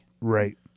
Right